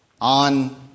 on